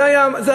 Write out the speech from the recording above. זו היה התובנה.